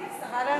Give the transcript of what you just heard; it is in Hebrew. היא השרה לעתיד.